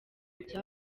bya